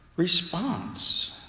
Response